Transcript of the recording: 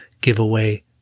giveaway